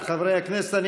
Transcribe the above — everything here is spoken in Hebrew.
חברי הכנסת,